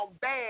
bad